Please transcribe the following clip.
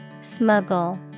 Smuggle